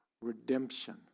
redemption